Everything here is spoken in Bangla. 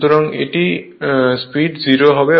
সুতরাং এটির স্পীড 0 হবে